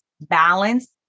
balance